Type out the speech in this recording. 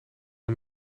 hun